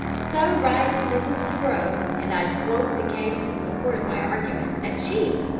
so writes mrs. crowe, and i quote the case in support of my argument that sheep,